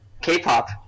K-pop